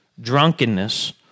drunkenness